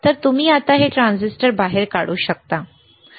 तर तुम्ही आता हे ट्रान्झिस्टर बाहेर काढू शकता ठीक आहे